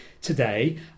today